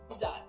done